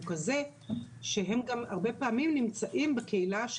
הוא כזה שהם גם הרבה פעמים נמצאים בקהילה,